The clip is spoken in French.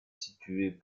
située